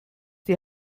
die